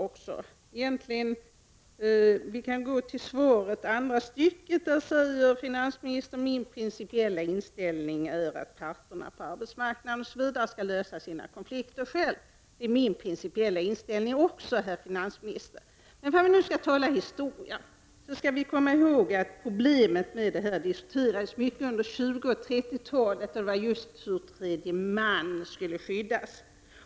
I andra stycket i svaret säger finansministern: ”Min principiella inställning är att parterna på arbetsmarknaden själva måste lösa uppkomna konflikter.” Det är även min principiella inställning, herr finansminister. Men om vi nu skall tala om historia så skall vi komma ihåg att detta problem diskuterades mycket under 1920 och 1930-talen, och då diskuterade man alltså just hur tredje man skulle skyddas.